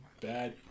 bad